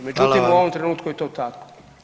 Međutim u ovom trenutku je to tako.